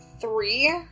three